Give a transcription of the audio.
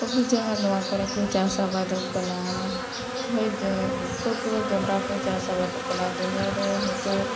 ᱟᱵᱚ ᱡᱟᱦᱟᱸ ᱱᱚᱣᱟ ᱠᱚᱨᱮ ᱠᱚ ᱪᱟᱥ ᱟᱵᱟᱫᱚᱜ ᱠᱟᱱᱟ ᱦᱳᱭᱛᱚ ᱚᱠᱚᱭ ᱠᱚᱫᱚ ᱡᱚᱱᱰᱨᱟ ᱠᱚ ᱪᱟᱥ ᱟᱵᱟᱫᱜ ᱠᱟᱱᱟ ᱡᱚᱱᱰᱨᱟ ᱨᱮ ᱦᱳᱭᱛᱚ